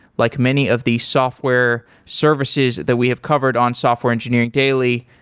like many of the software services that we have covered on software engineering daily,